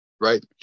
right